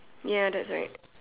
ya that's right